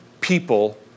people